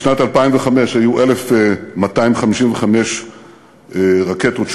בשנת 2005 שוגרו 1,255 רקטות,